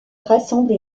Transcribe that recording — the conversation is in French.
rassemble